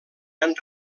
han